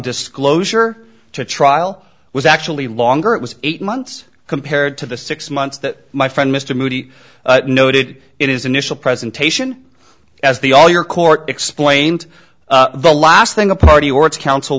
disclosure to trial was actually longer it was eight months compared to the six months that my friend mr moody noted in his initial presentation as the all your court explained the last thing the party or its coun